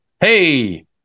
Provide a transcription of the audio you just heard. Hey